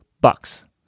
bucks